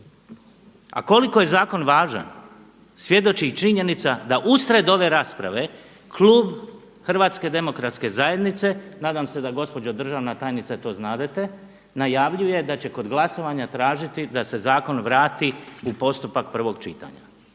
A koliko je zakon važan, svjedoči činjenica da usred ove rasprave klub HDZ-a, nadam se da gospođa državna tajnica to znadete, najavljuje da će kod glasovanja tražiti da se zakon vrati u postupak prvog čitanja.